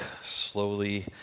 slowly